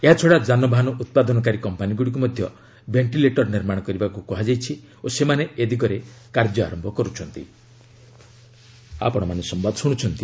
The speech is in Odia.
ଏହାଛଡ଼ା ଯାନବାହନ ଉତ୍ପାଦନକାରୀ କମ୍ପାନୀଗ୍ରଡ଼ିକ୍ ମଧ୍ୟ ଭେଷ୍ଟିଲେଟର ନିର୍ମାଣ କରିବାକୁ କୁହାଯାଇଛି ଓ ସେମାନେ ଏ ଦିଗରେ କାର୍ଯ୍ୟ ଆରମ୍ଭ କର୍ତ୍ତନ୍ତି